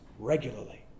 Regularly